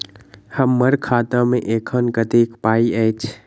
हम्मर खाता मे एखन कतेक पाई अछि?